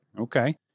Okay